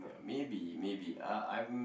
maybe maybe uh I'm